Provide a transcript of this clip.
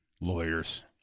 lawyers